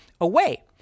away